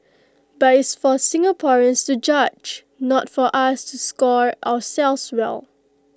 but it's for Singaporeans to judge not for us to score ourselves well